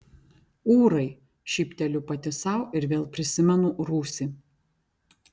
ūrai šypteliu pati sau ir vėl prisimenu rūsį